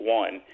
one